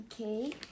Okay